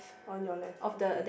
on your left okay